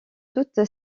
toutes